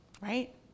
right